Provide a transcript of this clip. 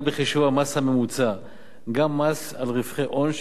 בחישוב המס הממוצע גם מס על רווחי הון,